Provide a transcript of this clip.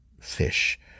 fish